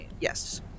yes